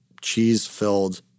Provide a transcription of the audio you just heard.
cheese-filled